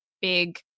big